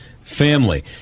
family